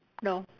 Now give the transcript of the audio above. no